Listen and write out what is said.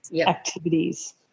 activities